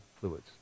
fluids